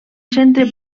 centre